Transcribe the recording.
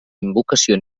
invocació